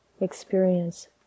experience